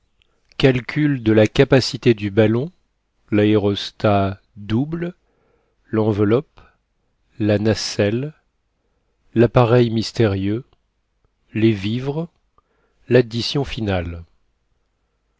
calcul de la capacité du ballon laérostat double l'enveloppe la nacelle lappareil mystérieux les vivres l'addition finale